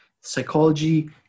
psychology